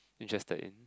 interested in